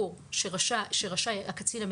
בתנאים.